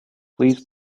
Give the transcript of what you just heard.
please